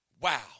Wow